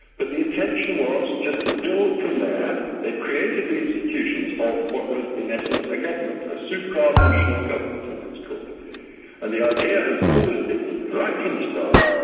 but the intention was just to build from there. they'd created the institutions of what is in essence a government, a supranational government, as it's called. and the idea has always been, right from the start,